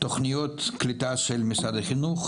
התוכניות קליטה של משרד החינוך,